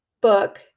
book